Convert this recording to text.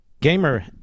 gamer